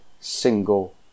single